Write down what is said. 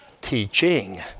teaching